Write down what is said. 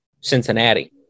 Cincinnati